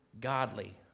godly